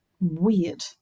weird